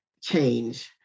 change